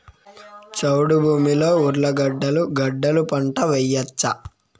చౌడు భూమిలో ఉర్లగడ్డలు గడ్డలు పంట వేయచ్చా?